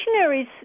missionaries